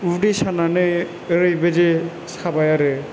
उदै सानानै ओरैबायदि साबाय आरो